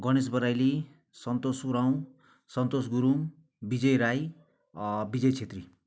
Ganesh Baraili Santosh Uraon Santosh Gurung Vijay Rai Vijay Chhetri